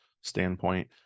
standpoint